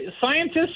scientists